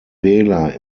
wähler